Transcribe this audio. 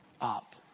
up